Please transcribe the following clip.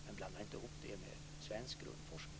Blanda inte ihop det med svensk grundforskning.